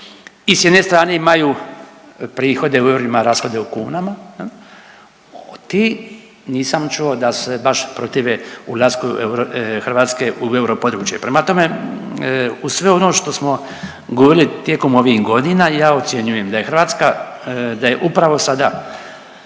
i s jedne strane imaju prihode u eurima, a rashode u kunama, od tih nisam čuo da su se baš protive ulasku Hrvatske u europodručje. Prema tome, uz sve ono što smo govorili tijekom ovih godina, ja ocjenjujem da je Hrvatska, da je upravo sada